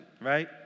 right